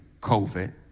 COVID